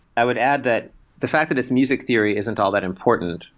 i would add that the fact that as music theory isn't all that important,